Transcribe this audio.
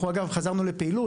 אנחנו חזרנו לפעילות.